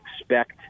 expect